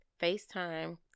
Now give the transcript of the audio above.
FaceTime